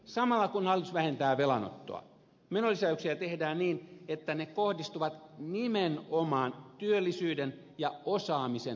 samalla kun hallitus vähentää velanottoa menolisäyksiä tehdään niin että ne kohdistuvat nimenomaan työllisyyden ja osaamiseen vahvistamiseen